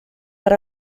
per